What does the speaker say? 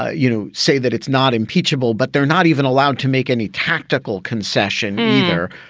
you know, say that it's not impeachable, but they're not even allowed to make any tactical concession either.